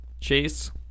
Chase